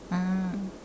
ah